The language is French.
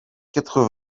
quatre